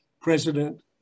president